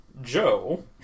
Joe